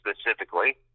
specifically